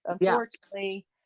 unfortunately